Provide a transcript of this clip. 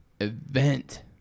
event